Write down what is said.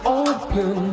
open